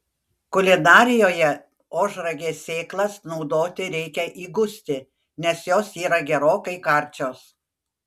kulinarijoje ožragės sėklas naudoti reikia įgusti nes jos yra gerokai karčios